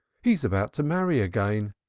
he is about to marry again.